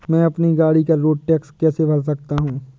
मैं अपनी गाड़ी का रोड टैक्स कैसे भर सकता हूँ?